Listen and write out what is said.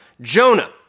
Jonah